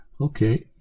Okay